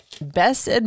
Best